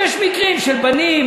יש מקרים של בנים,